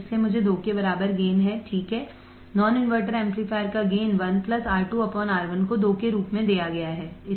इसलिए मुझे 2 के बराबर गेन है ठीक है नॉन इनवर्टर एम्पलीफायर का गेन 1 R2 R1 को 2 के रूप में दिया गया है